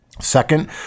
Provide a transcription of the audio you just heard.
Second